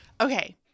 Okay